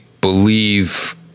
believe